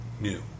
new